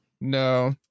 No